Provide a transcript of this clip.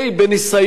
בניסיון,